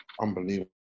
Unbelievable